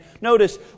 Notice